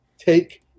Take